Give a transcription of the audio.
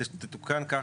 תתוקן כך,